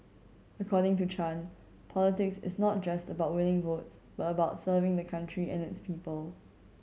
according to Chan politics is not just about winning votes but about serving the country and its people